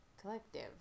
collective